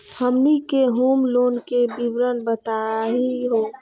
हमनी के home loan के विवरण बताही हो?